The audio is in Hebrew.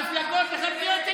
המפלגות החרדיות,